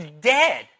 dead